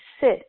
sit